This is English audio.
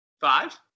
Five